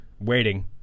waiting